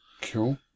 Cool